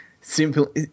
simple